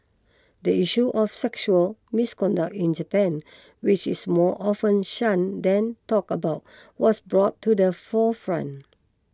the issue of sexual misconduct in Japan which is more often shun than talk about was brought to the forefront